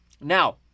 Now